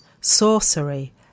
sorcery